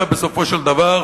אתה בסופו של דבר